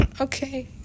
okay